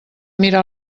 mirar